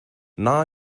now